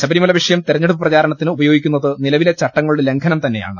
ശബരിമലവിഷയം തെര ഞ്ഞെടുപ്പ് പ്രചാരണത്തിന് ഉപയോഗിക്കുന്നത് നിലവിലെ ചട്ടങ്ങ ളുടെ ലംഘനം തന്നെയാണ്